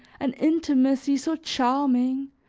an intimacy so charming,